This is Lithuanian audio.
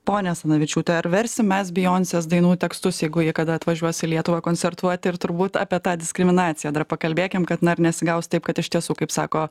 ponia asanavičiūte ar versim mes bijonses dainų tekstus jeigu ji kada atvažiuos į lietuvą koncertuoti ir turbūt apie tą diskriminaciją dar pakalbėkim kad na ar nesigaus taip kad iš tiesų kaip sako